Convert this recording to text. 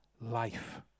life